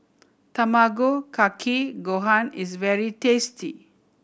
Tamago Kake Gohan is very tasty